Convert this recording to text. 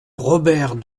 robert